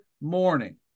morning